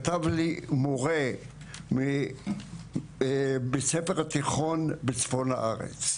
כתב לי מורה מבית ספר תיכון בצפון הארץ,